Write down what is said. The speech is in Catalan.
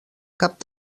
cap